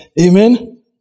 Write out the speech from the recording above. Amen